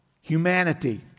humanity